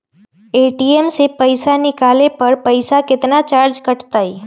ATM से पईसा निकाले पर पईसा केतना चार्ज कटतई?